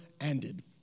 ended